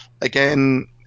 again